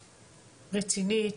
רצינית,